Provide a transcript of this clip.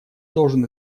должен